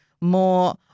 more